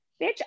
Bitch